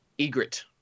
Egret